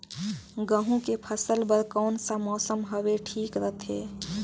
गहूं के फसल बर कौन सा मौसम हवे ठीक रथे?